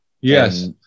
Yes